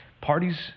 Parties